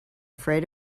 afraid